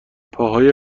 پاهای